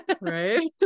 right